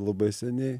labai seniai